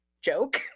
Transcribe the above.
joke